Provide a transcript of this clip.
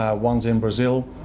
one's in brazil,